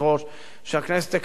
שהכנסת תקבל פה את הצעת האי-אמון,